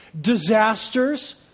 disasters